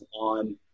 on